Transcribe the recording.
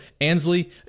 Ansley